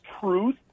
truth